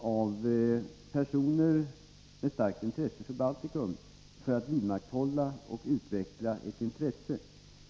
av personer med starkt engagemang för Baltikum för att utveckla och vidmakthålla ett intresse.